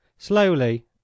Slowly